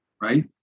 right